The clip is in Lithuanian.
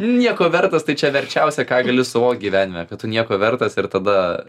nieko vertas tai čia verčiausia ką gali savokt gyvenime kad tu nieko vertas ir tada